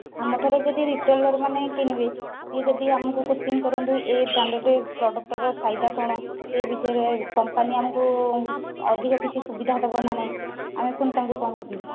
ଆମଠାରୁ ଯଦି ରିଟେଇଲର୍ମାନେ କିଣିବେ ସେ ଯଦି ଆମକୁ କୋସ୍ଚିନ୍ କରନ୍ତି ଏ ବ୍ରାଣ୍ଡେଡ଼୍ ପ୍ରଡ଼କ୍ଟ୍ର ଫାଇଦା କ'ଣ ସେ ବିଷୟରେ କମ୍ପାନୀ ଆମକୁ ଅଧିକ କିଛି ସୁବିଧା ଦେବ ନା ନାହିଁ ଆମେ ପୁଣି ତାଙ୍କୁ କହିବୁ